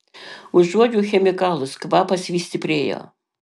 užuodžiau chemikalus kvapas vis stiprėjo